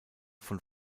von